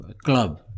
club